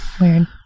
weird